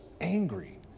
angry